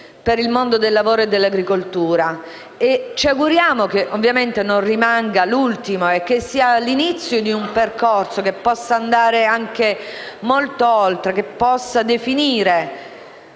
per il mondo del lavoro e dell'agricoltura e ovviamente ci auguriamo che non rimanga l'ultimo, ma sia l'inizio di un percorso che possa andare anche molto oltre, che possa definire